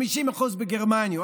50% בגרמניה,